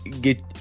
get